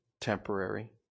temporary